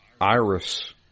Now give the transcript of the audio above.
Iris